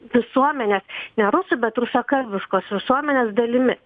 visuomenės ne rusų bet rusakalbiškos visuomenės dalimi